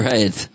Right